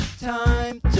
time